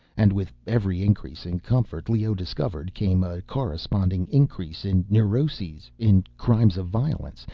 and with every increase in comfort, leoh discovered, came a corresponding increase in neuroses, in crimes of violence,